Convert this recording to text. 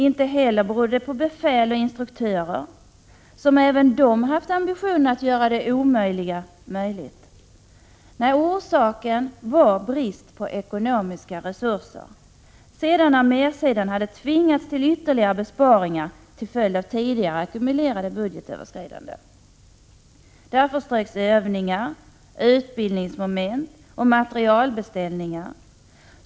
Inte heller berodde det på befäl och instruktörer, som även de haft ambitionen att göra det omöjliga möjligt. Nej, orsaken var brist på ekonomiska resurser, sedan armésidan hade tvingats till ytterligare besparingar till följd av tidigare ackumulerade budgetöverskridanden. Därför ströks övningar, utbildningsmoment och = Prot. 1986/87:133 materialbeställningar.